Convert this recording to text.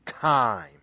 time